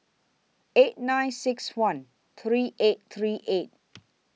eight nine six one three eight three eight